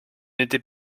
n’étais